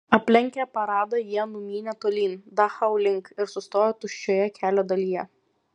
aplenkę paradą jie numynė tolyn dachau link ir sustojo tuščioje kelio dalyje